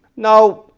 now, ah